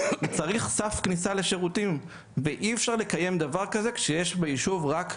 צריך סף כניסה לשירותים ואי אפשר לקיים דבר כזה כשיש ביישוב רק 300,